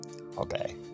okay